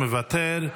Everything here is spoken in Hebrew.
מוותר.